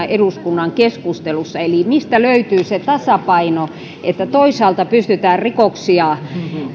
eduskunnan keskustelussa eli mistä löytyy se tasapaino että toisaalta pystytään rikoksia